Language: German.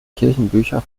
kirchenbücher